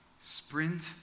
Sprint